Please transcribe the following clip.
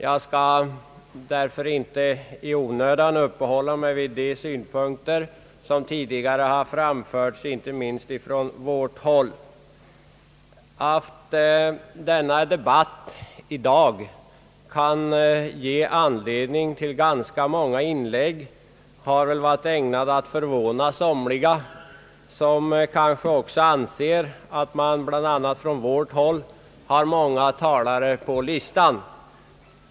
Jag skall därför inte i onödan uppehålla mig vid de synpunkter som tidigare har framförts inte minst från vårt håll. Att debatten i dag kan ge anledning till så många inlägg torde ha förvånat somliga, som kanske också anser att bl.a. vi från vårt parti har anmält många talare.